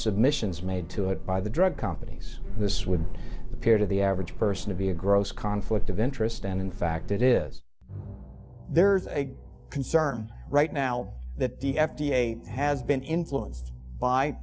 submissions made to it by the drug companies this would appear to the average person to be a gross conflict of interest and in fact it is there is a concern right now that the f d a has been influenced by